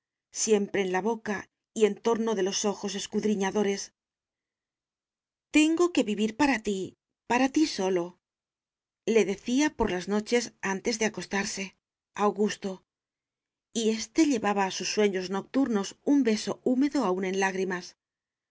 siempre en la boca y en torno de los ojos escudriñadores tengo que vivir para ti para ti solole decía por las noches antes de acostarse augusto y éste llevaba a sus sueños nocturnos un beso húmedo aún en lágrimas